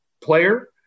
player